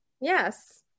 yes